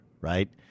right